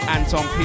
Anton